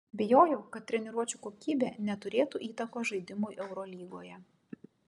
bijojau kad treniruočių kokybė neturėtų įtakos žaidimui eurolygoje